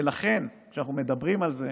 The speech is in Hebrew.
ולכן, כשאנחנו מדברים על זה,